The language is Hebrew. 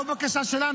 לא בקשה שלנו,